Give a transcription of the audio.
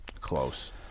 Close